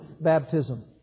baptism